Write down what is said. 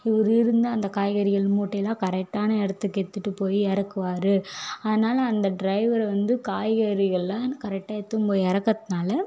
இவர் இருந்து அந்த காய்கறிகள் மூட்டையெல்லாம் கரெக்டான இடத்துக்கு ஏற்றிட்டு போய் இறக்குவாரு அதனால் அந்த ட்ரைவரு வந்து காய்கறிகள்லாம் கரெக்டாக எடுத்துட்டு போய் இறக்கத்துனால